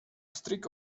streak